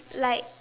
like